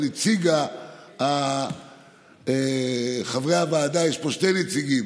נציגי חברי הוועדה, יש פה שני נציגים,